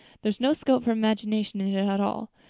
there is no scope for imagination in it at all.